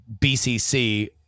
BCC